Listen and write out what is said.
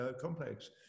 complex